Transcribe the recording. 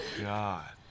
god